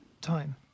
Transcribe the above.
time